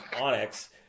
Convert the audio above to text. Onyx